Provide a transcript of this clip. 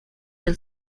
del